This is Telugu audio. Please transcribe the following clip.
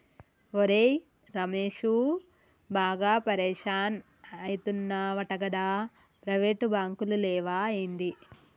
ఒరే రమేశూ, బాగా పరిషాన్ అయితున్నవటగదా, ప్రైవేటు బాంకులు లేవా ఏంది